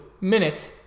minutes